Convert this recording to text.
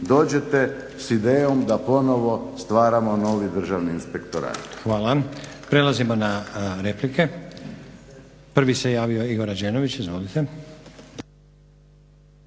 dođete s idejom da ponovo stvaramo novi državni inspektorat.